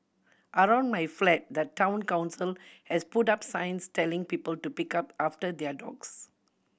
around my flat the Town Council has put up signs telling people to pick up after their dogs